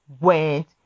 went